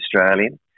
Australian